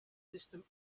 distant